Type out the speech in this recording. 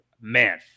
man